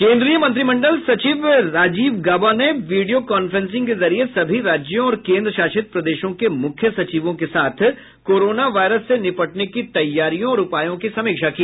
केन्द्रीय मंत्रिमण्डल सचिव राजीव गॉबा ने वीडियो कॉन्फ्रेंसिंग के जरिए सभी राज्यों और केन्द्रशासित प्रदेशों के मुख्य सचिवों के साथ कोरोना वायरस से निपटने की तैयारियों और उपायों की समीक्षा की